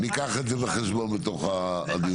תודה, ניקח את זה בחשבון בתוך הדיונים.